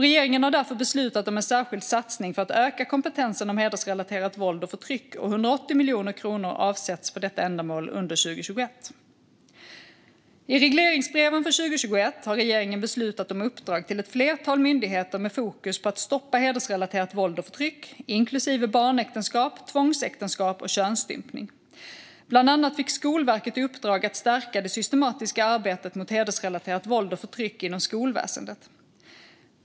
Regeringen har därför beslutat om en särskild satsning för att öka kompetensen om hedersrelaterat våld och förtryck, och 180 miljoner kronor avsätts för detta ändamål under 2021. I regleringsbreven för 2021 har regeringen beslutat om uppdrag till ett flertal myndigheter med fokus på att stoppa hedersrelaterat våld och förtryck inklusive barnäktenskap, tvångsäktenskap och könsstympning. Bland annat fick Skolverket i uppdrag att stärka det systematiska arbetet mot hedersrelaterat våld och förtryck inom skolväsendet.